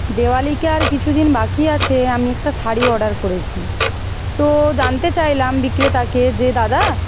দেওয়ালিতে আর কিছু দিন বাকি আছে আমি একটা শাড়ি অর্ডার করেছি তো জানতে চাইলাম বিক্রেতাকে যে দাদা